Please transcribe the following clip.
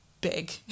big